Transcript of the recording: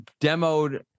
demoed